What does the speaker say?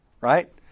right